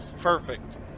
Perfect